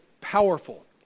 powerful